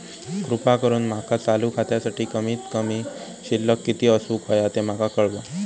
कृपा करून माका चालू खात्यासाठी कमित कमी शिल्लक किती असूक होया ते माका कळवा